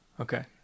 Okay